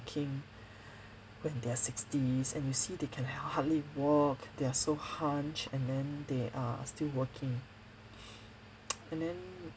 ~king when they're sixties and you see they can ha~ hardly walk they're so hunched and then they are still working and then